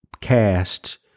cast